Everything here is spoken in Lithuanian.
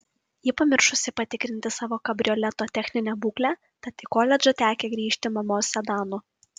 ji pamiršusi patikrinti savo kabrioleto techninę būklę tad į koledžą tekę grįžti mamos sedanu